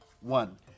one